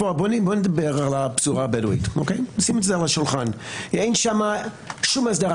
בוא נדבר על הפזורה הבדואית ונשים את זה על השולחן אין שם שום הסדרה